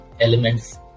elements